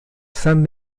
san